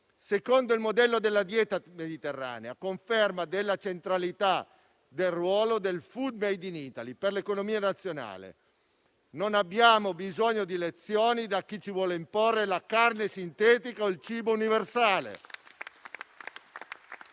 secondo il modello della dieta mediterranea, a conferma della centralità del ruolo del *food made in Italy* per l'economia nazionale. Non abbiamo bisogno di lezioni da chi ci vuole imporre la carne sintetica o il cibo universale.